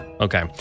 Okay